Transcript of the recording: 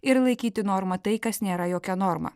ir laikyti norma tai kas nėra jokia norma